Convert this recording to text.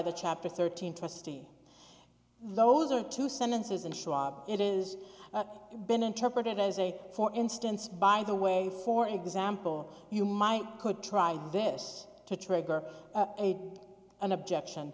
the chapter thirteen trustee those are two sentences and schwab it is been interpreted as a for instance by the way for example you might could try this to trigger an objection